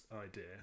idea